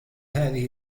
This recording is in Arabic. هذه